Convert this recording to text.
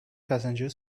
passenger